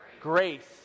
Grace